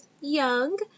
young